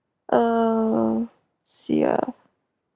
err see ah